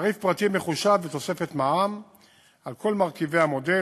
תעריף פרטי מחושב בתוספת מע”מ על כל מרכיבי המודל,